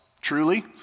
truly